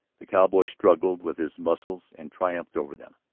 the cowboy struggled with his muscles and triumphed over them,